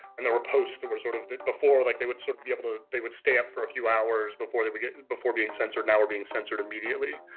and there were posts that were sort of before like they would sort of be able to they would stay up for a few hours before they would get in before being censored now or being censored immediately.